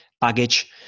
baggage